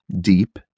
deep